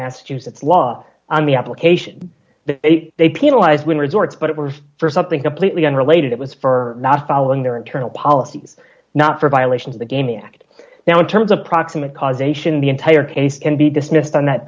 massachusetts law on the application that they penalize when resorts but it was for something completely unrelated it was for not following their internal policies not for violation of the gaming act now in terms of proximate cause ation the entire case can be dismissed on that